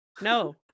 No